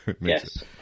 Yes